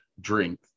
drink